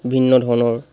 ভিন্ন ধৰণৰ